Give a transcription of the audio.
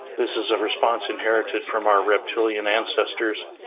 this is a response inherited from our reptilian ancestors,